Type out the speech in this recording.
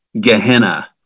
Gehenna